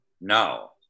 No